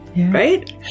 Right